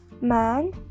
Man